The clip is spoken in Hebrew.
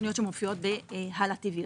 אלה שבהאלה טיוי.